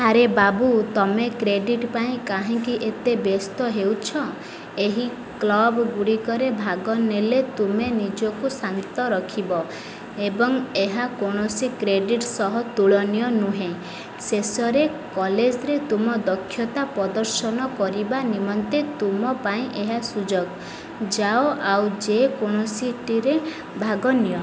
ଆରେ ବାବୁ ତୁମେ କ୍ରେଡ଼ିଟ୍ ପାଇଁ କାହିଁକି ଏତେ ବ୍ୟସ୍ତ ହେଉଛ ଏହି କ୍ଲବ୍ ଗୁଡ଼ିକରେ ଭାଗ ନେଲେ ତୁମେ ନିଜକୁ ଶାନ୍ତ ରଖିବ ଏବଂ ଏହା କୌଣସି କ୍ରେଡ଼ିଟ୍ ସହ ତୁଳନୀୟ ନୁହେଁ ଶେଷରେ କଲେଜରେ ତୁମ ଦକ୍ଷତା ପ୍ରଦର୍ଶନ କରିବା ନିମନ୍ତେ ତୁମ ପାଇଁ ଏହା ସୁଯୋଗ ଯାଅ ଆଉ ଯେ କୌଣସିଟିରେ ଭାଗ ନିଅ